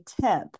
tip